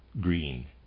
green